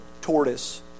tortoise